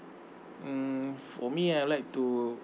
um for me I'd like to